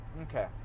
okay